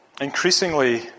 increasingly